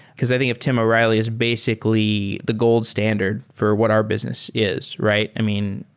because i think if tim o'reilly is basically the gold standard for what our business is, right? i mean,